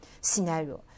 scenario